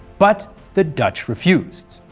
but the dutch refused.